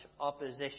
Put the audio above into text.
opposition